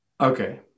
Okay